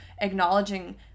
acknowledging